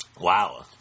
Wow